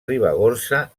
ribagorça